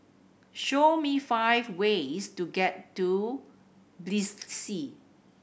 show me five ways to get to Tbilisi